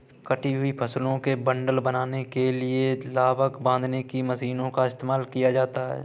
कटी हुई फसलों के बंडल बनाने के लिए लावक बांधने की मशीनों का इस्तेमाल किया जाता है